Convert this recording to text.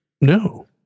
No